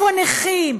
איפה נכים?